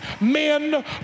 men